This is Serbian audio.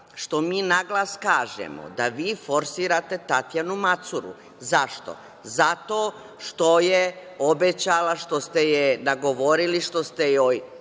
što mi naglas kažemo da vi forsirate Tatjanu Macuru. Zašto? Zato što je obećala, što ste je nagovorili, što ste joj,